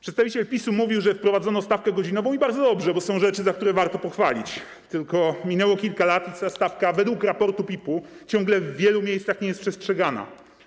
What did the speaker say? Przedstawiciel PiS-u mówił, że wprowadzono stawkę godzinową - i bardzo dobrze, bo są rzeczy, za które warto pochwalić - tylko minęło kilka lat i stawka według raportu PIP-u ciągle w wielu miejscach nie jest przestrzegana.